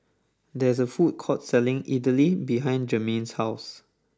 there is a food court selling Idly behind Germaine's house